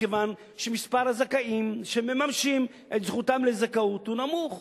מכיוון שמספר הזכאים שמממשים את זכותם לזכאות הוא נמוך.